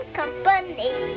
company